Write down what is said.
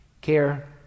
Care